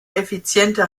effiziente